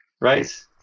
right